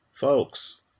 Folks